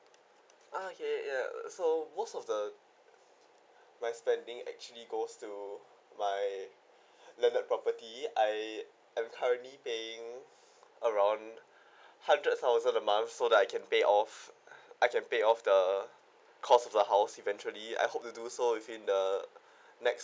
ah ya ya ya so most of the my spending actually goes to my landed property I I'm currently paying around hundreds thousand a month so that I can pay off I can pay off the cost of the house eventually I hope to do so within the next